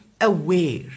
aware